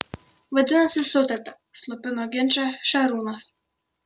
vadinasi sutarta slopino ginčą šarūnas